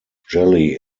jelly